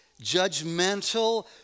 judgmental